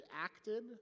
acted